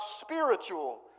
spiritual